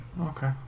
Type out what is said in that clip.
Okay